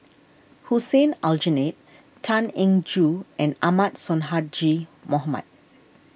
Hussein Aljunied Tan Eng Joo and Ahmad Sonhadji Mohamad